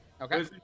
okay